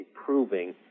improving